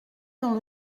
dans